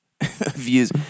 views